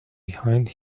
behind